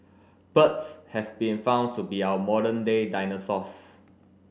birds have been found to be our modern day dinosaurs